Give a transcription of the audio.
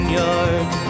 yard